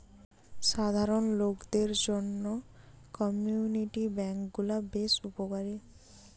সাধারণ লোকদের জন্য কমিউনিটি বেঙ্ক গুলা বেশ উপকারী